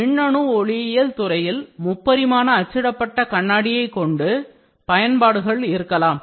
மின்னணு ஒளியியல் துறையில் முப்பரிமாண அச்சிடப்பட்ட கண்ணாடியைக் கொண்டு பயன்பாடுகள் இருக்கலாம்